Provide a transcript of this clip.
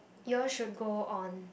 you all should go on